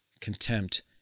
contempt